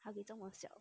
huggie 这么小